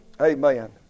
Amen